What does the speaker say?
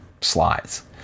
slides